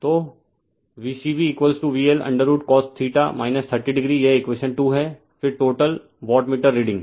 तो V c b VL√cos 30o यह equation 2 है फिर टोटल वाटमीटर रीडिंग